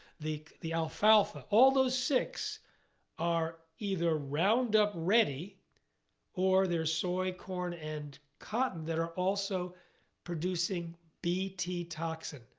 the the alfalfa. all those six are either roundup-ready or their soy, corn, and cotton that are also producing bt toxin.